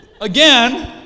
Again